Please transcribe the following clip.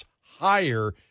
higher